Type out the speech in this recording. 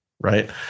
right